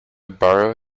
borrow